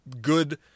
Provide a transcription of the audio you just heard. good